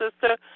sister